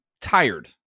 tired